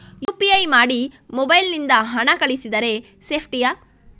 UPI ಮಾಡಿ mobile ನಿಂದ ಹಣ ಕಳಿಸಿದರೆ ಸೇಪ್ಟಿಯಾ?